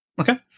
Okay